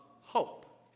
hope